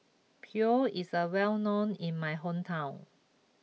Pho is a well known in my hometown